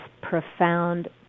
profound